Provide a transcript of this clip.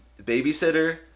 Babysitter